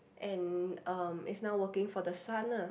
and um is now working for the son ah